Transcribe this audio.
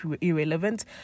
irrelevant